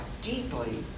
deeply